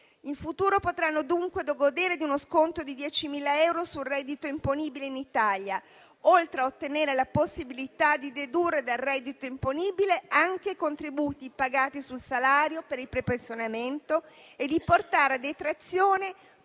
in futuro potranno dunque godere di uno sconto di 10.000 euro sul reddito imponibile in Italia, oltre ad ottenere la possibilità di dedurre dal reddito imponibile anche i contributi pagati sul salario per il prepensionamento e di portare a detrazione